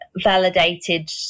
validated